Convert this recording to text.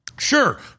Sure